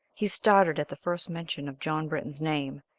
he started at the first mention of john britton's name,